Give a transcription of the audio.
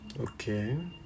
Okay